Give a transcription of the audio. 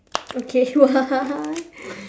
okay what